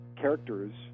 characters